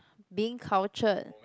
being cultured